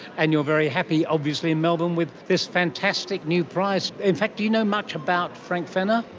and you're very happy, obviously, in melbourne with this fantastic new prize. in fact, do you know much about frank fenner?